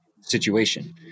situation